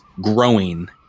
growing